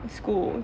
school